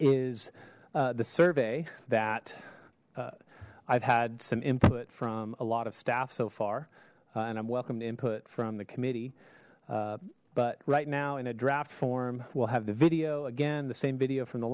is the survey that i've had some input from a lot of staff so far and i'm welcome to input from the committee but right now in a draft form we'll have the video again the same video from the